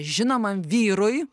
žinomam vyrui